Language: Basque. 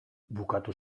bukatu